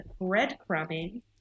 breadcrumbing